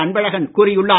அன்பழகன் கூறியுள்ளார்